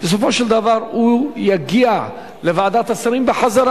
בסופו של דבר הוא יגיע לוועדת השרים בחזרה.